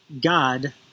God